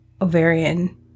ovarian